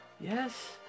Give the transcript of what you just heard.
Yes